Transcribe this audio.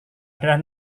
adalah